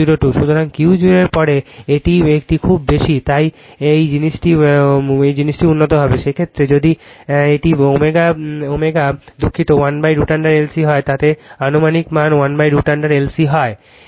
সুতরাং Q0 এর পরে এটি একটি খুব বেশি তাই এই এটা উনিটি হবে সেই ক্ষেত্রে যদি এটি ωওহ দুঃখিত 1√L C হয় যাতে এটি আনুমানিক মান 1√L C হয়